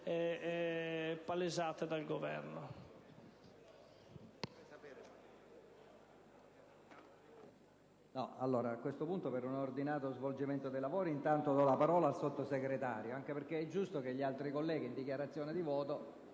palesate dal Governo.